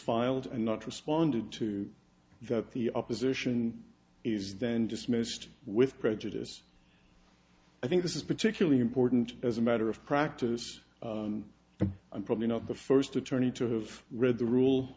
filed and not responded to that the opposition is then dismissed with prejudice i think this is particularly important as a matter of practice and i'm probably not the first attorney to have read the rule